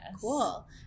Cool